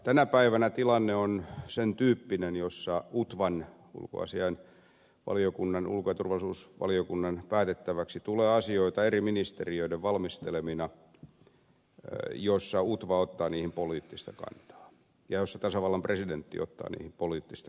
tänä päivänä tilanne on sen tyyppinen jossa utvan ulko ja turvallisuusvaliokunnan päätettäväksi tulee asioita eri ministeriöiden valmistelemina jolloin utva ottaa niihin poliittista kantaa ja jolloin tasavallan presidentti ottaa niihin poliittista kantaa